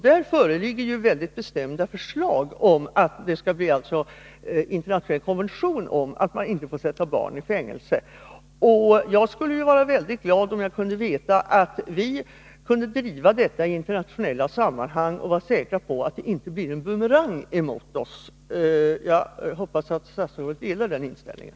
Där föreligger mycket bestämda förslag om att det skall bli en internationell konvention om att man inte får sätta barn i fängelse. Jag skulle vara väldigt glad om jag kunde veta att vi kunde driva denna fråga i internationella sammanhang och vara säkra på att den inte blir en bumerang mot oss. Jag hoppas att statsrådet delar den inställningen.